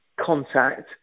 contact